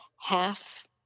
half